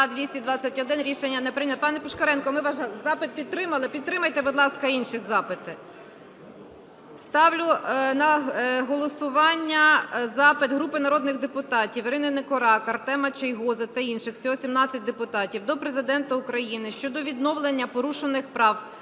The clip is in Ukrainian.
Пане Пушкаренко, ми ваш запит підтримали, підтримайте, будь ласка, інших запити. Ставлю на голосування запит групи народних депутатів (Ірини Никорак, Ахтема Чийгоза та інших. Всього 17 депутатів) до Президента України щодо відновлення порушених прав та